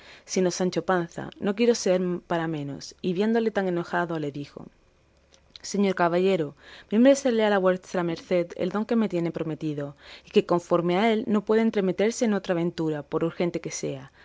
sino sancho panza no quiso ser para menos y viéndole tan enojado le dijo señor caballero miémbresele a la vuestra merced el don que me tiene prometido y que conforme a él no puede entremeterse en otra aventura por urgente que sea